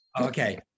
Okay